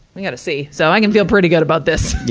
i gotta c, so i can feel pretty good about this,